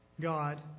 God